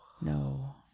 no